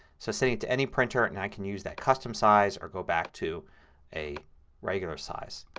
so save to any printer and i can use that custom size or go back to a regular size.